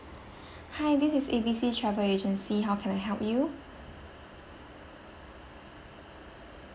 hi this is A B C travel agency how can I help you